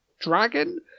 dragon